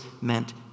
meant